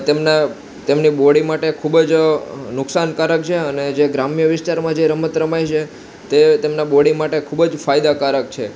તેમના તેમની બોડી માટે ખૂબ જ નુકસાનકારક છે અને જે ગ્રામ્ય વિસ્તારમાં જે રમત રમાય છે તે તેમના બોડી માટે ખૂબ જ ફાયદાકારક છે